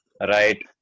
right